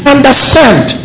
understand